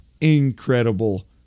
incredible